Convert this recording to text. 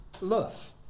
love